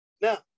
Now